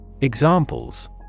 Examples